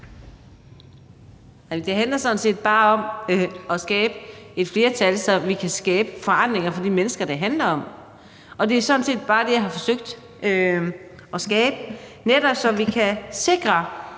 Det handler sådan set bare om at skabe et flertal, så vi kan skabe forandringer for de mennesker, det handler om. Det er sådan set bare det, jeg har forsøgt at skabe, netop så vi kan sikre,